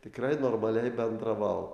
tikrai normaliai bendravau